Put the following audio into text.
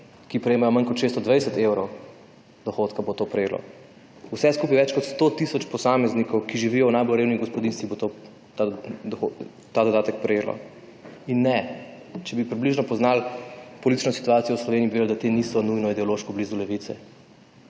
ki prejemajo manj kot 620 evrov dohodka, bo to prejelo. Vse skupaj več kot 100 tisoč posameznikov, ki živijo v najbolj revnih gospodinjstvih, bo ta dodatek prejelo. In ne, če bi približno poznali politično situacijo v Sloveniji, bi vedeli, da ti niso nujno ideološko blizu Levice.